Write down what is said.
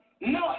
no